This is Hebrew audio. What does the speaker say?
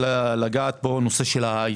שנית, הנושא של ההייטק.